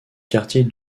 quartier